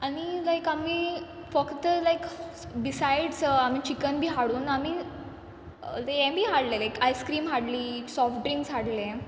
आनी लायक आमी फक्त लायक बिसायड्स आमी चिकन बी हाडून आमी हें बी हाडलें लायक आयस्क्रीम हाडली सॉफ्ट ड्रिंक्स हाडलें